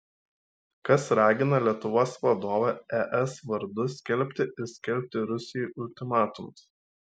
kas ragina lietuvos vadovę es vardu skelbti ir skelbti rusijai ultimatumus